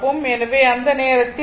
எனவே அந்த நேரத்தில் கே